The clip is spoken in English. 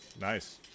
Nice